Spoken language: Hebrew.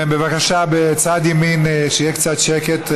בבקשה, בצד ימין, שיהיה קצת שקט.